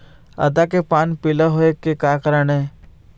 आदा के पान पिला होय के का कारण ये?